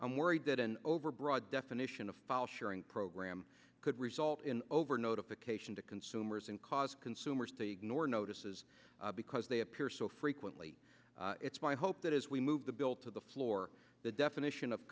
i'm worried that an overbroad definition of file sharing program could result in over notification to consumers and cause consumers to ignore notices because they appear so frequently it's my hope that as we move the bill to the floor the definition of